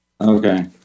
Okay